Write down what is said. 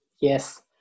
Yes